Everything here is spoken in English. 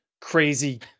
crazy